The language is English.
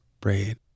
braid